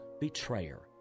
betrayer